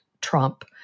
Trump